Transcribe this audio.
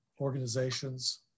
organizations